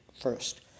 first